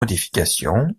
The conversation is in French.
modifications